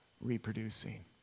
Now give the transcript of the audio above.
reproducing